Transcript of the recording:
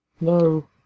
No